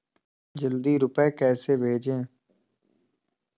जल्दी रूपए कैसे भेजें?